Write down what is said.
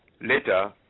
later